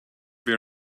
they